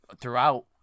throughout